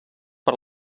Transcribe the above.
per